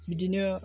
बिदिनो